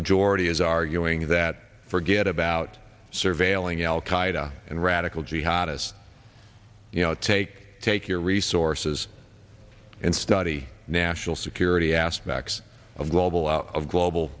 majority is arguing is that forget about surveilling al qaeda and radical jihad as you know take take your resources and study national security aspects of global out of global